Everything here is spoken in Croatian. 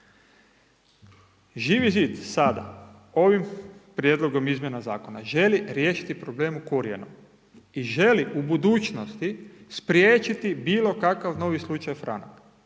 Živi zid sada ovim prijedlogom izmjena zakona želi riješiti problem u korijenu. I želi u budućnosti spriječiti bilo kakav novi slučaj franak